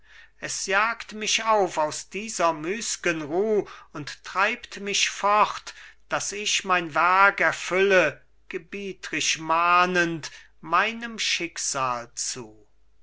es jagt mich auf aus dieser müßgen ruh und treibt mich fort daß ich mein werk erfülle gebietrisch mahnend meinem schicksal zu